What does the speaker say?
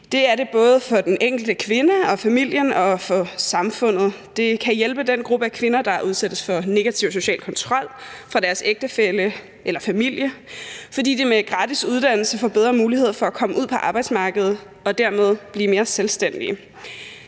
Det er det både for den enkelte kvinde og familien og for samfundet. Det kan hjælpe den gruppe af kvinder, der udsættes for negativ social kontrol fra deres ægtefælle eller familie, fordi de med gratis uddannelse får bedre muligheder for at komme ud på arbejdsmarkedet og dermed blive mere selvstændige.